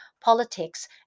politics